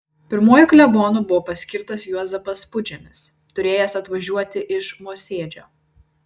pirmuoju klebonu buvo paskirtas juozapas pudžemis turėjęs atvažiuoti iš mosėdžio